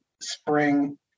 spring